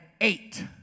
eight